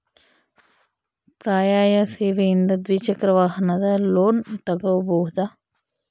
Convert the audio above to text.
ಪರ್ಯಾಯ ಸೇವೆಯಿಂದ ದ್ವಿಚಕ್ರ ವಾಹನದ ಲೋನ್ ತಗೋಬಹುದಾ?